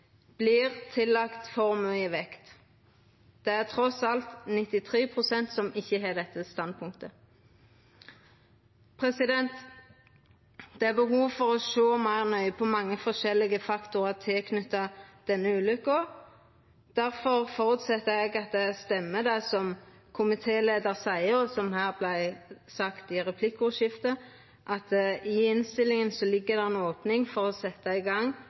Det er trass alt 93 pst. som ikkje har dette standpunktet. Det er behov for å sjå meir nøye på mange forskjellige faktorar knytte til denne ulykka. Difor føreset eg at det stemmer, det som komitéleiar seier, og som vart sagt i replikkordskiftet, at det i innstillinga ligg ei opning for å setja i gang